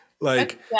Like-